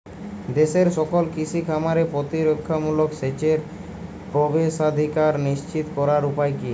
দেশের সকল কৃষি খামারে প্রতিরক্ষামূলক সেচের প্রবেশাধিকার নিশ্চিত করার উপায় কি?